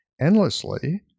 endlessly